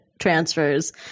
transfers